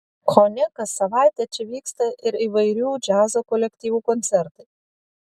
kone kas savaitę čia vyksta ir įvairių džiazo kolektyvų koncertai